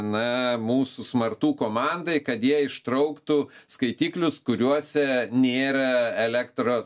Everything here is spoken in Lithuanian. na mūsų smartų komandai kad jie ištrauktų skaitiklius kuriuose nėra elektros